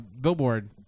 billboard